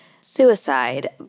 suicide